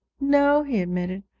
no, he admitted,